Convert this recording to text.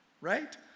right